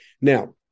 Now